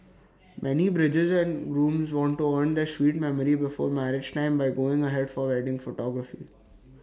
many brides and grooms want to earn their sweet memory before marriage time by going abroad for wedding photography